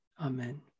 Amen